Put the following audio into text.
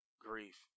grief